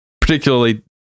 particularly